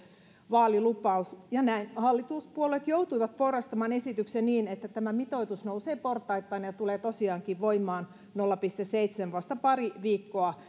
vaalilupaus ja näin hallituspuolueet joutuivat porrastamaan esityksen niin että tämä mitoitus nousee portaittain ja ja tulee tosiaankin voimaan nolla pilkku seitsemän vasta pari viikkoa